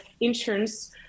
insurance